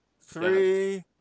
Three